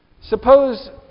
Suppose